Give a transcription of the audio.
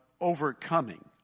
overcoming